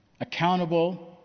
accountable